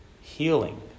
healing